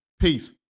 Peace